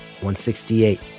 168